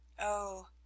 Oh